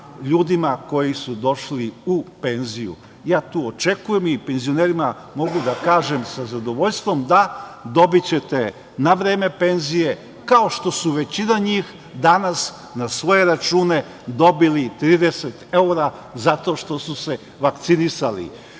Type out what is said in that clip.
koji su došli u penziju. Tu ja očekujem, i penzionerima mogu da kažem sa zadovoljstvom – da, dobićete na vreme penzije, kao što su većina njih danas na svoje račune dobili 30 evra zato što su se vakcinisali. Pošto